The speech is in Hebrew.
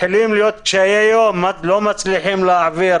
לקשיי-יום ולא מצליחים להעביר